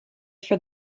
for